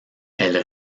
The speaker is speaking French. elles